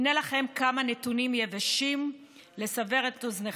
הינה לכם כמה נתונים יבשים לסבר את אוזניכם.